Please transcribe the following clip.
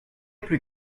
plus